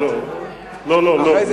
לא, לא.